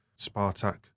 Spartak